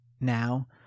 now